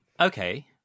Okay